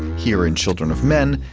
here in children of men.